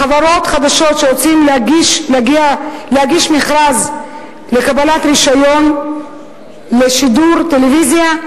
חברות חדשות שרוצות להגיש מכרז לקבלת רשיון לשידור טלוויזיה,